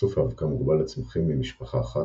איסוף האבקה מוגבל לצמחים ממשפחה אחת